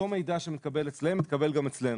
מידע שמתקבל אצלם מתקבל גם אצלנו,